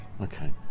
Okay